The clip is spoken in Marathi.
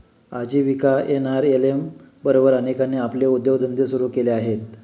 आजीविका एन.आर.एल.एम बरोबर अनेकांनी आपले उद्योगधंदे सुरू केले आहेत